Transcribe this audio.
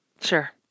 Sure